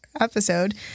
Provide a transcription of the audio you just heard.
episode –